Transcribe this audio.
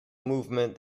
movement